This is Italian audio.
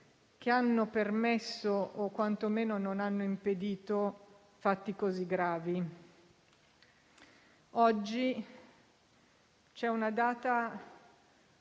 che hanno permesso, o quantomeno non hanno impedito, fatti così gravi. La data